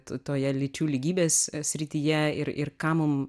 to toje lyčių lygybės srityje ir ir ką mum